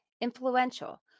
influential